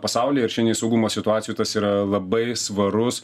pasaulyje ir šianėj saugumo situacijoj tas yra labai svarus